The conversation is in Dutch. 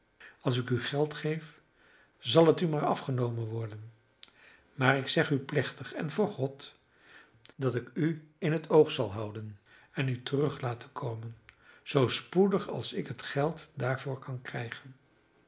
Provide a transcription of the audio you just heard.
als ik u geld geef zal het u maar afgenomen worden maar ik zeg u plechtig en voor god dat ik u in het oog zal houden en u terug laten komen zoo spoedig als ik het geld daarvoor kan krijgen